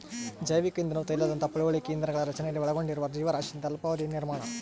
ಜೈವಿಕ ಇಂಧನವು ತೈಲದಂತಹ ಪಳೆಯುಳಿಕೆ ಇಂಧನಗಳ ರಚನೆಯಲ್ಲಿ ಒಳಗೊಂಡಿರುವ ಜೀವರಾಶಿಯಿಂದ ಅಲ್ಪಾವಧಿಯ ನಿರ್ಮಾಣ